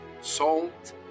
salt